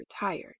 retired